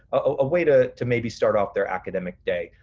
a way to to maybe start off their academic day.